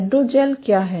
hydrogel क्या हैं